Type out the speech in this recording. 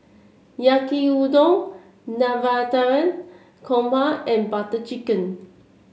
Yaki Udon Navratan Korma and Butter Chicken